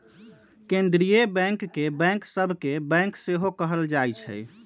केंद्रीय बैंक के बैंक सभ के बैंक सेहो कहल जाइ छइ